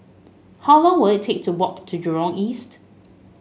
how long will it take to walk to Jurong East